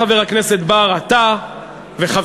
חבר הכנסת בר, אתה וחבריך